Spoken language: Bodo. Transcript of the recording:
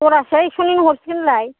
जरासेआव एक्स'निनो हरसिगोन होनलाय